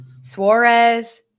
Suarez